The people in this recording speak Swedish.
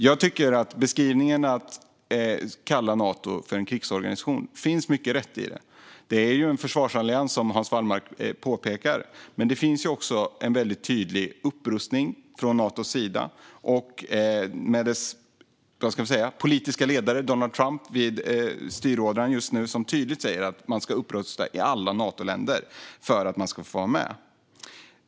Jag tycker att det finns mycket rätt i att kalla Nato för en krigsorganisation. Det är en försvarsallians, som Hans Wallmark påpekar, men det finns också en tydlig vilja till upprustning från Natos sida. Dess politiska ledare, kan vi säga, Donald Trump som sitter vid styråran säger tydligt just nu att man ska upprusta i alla Natoländer för att få vara med.